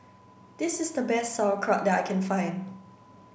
this is the best Sauerkraut that I can find